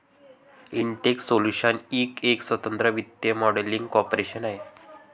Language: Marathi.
इंटेक्स सोल्यूशन्स इंक एक स्वतंत्र वित्तीय मॉडेलिंग कॉर्पोरेशन आहे